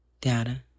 data